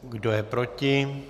Kdo je proti?